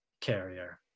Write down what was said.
carrier